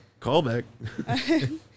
Callback